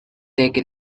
take